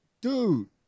dude